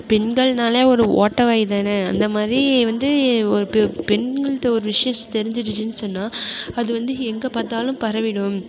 பெண்கள்னாலே ஒரு ஓட்டை வாய் தானே அந்த மாதிரி வந்து ஒரு பெண்கள்கிட்ட ஒரு விஷயம் தெரிஞ்சுடுச்சினு சொன்னால் அது வந்து எங்கே பார்த்தாலும் பரவிவிடும்